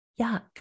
Yuck